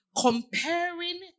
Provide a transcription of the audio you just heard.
comparing